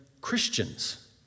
Christians